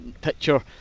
picture